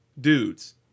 dudes